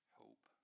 hope